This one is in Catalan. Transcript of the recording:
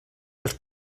els